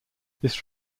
this